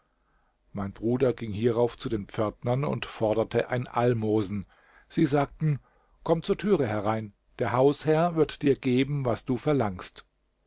mein bruder ging hierauf zu den pförtnern und forderte ein almosen sie sagten komm zur türe herein der hausherr wird dir geben was du verlangst